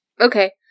Okay